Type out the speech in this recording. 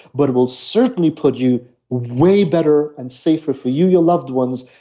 but it will certainly put you way better and safer for you, your loved ones.